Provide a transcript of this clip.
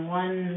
one